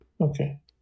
Okay